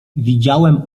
widziałem